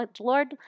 Lord